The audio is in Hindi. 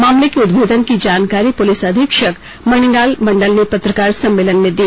मामले के उदभेदन की जानकारी पुलिस अधीक्षक मणिलाल मंडल ने पत्रकार सम्मेलन में दी